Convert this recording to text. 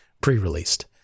pre-released